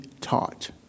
taught